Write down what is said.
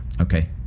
Okay